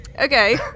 Okay